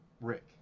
Rick